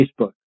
Facebook